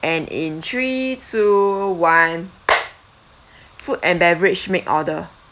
and in three two one food and beverage make order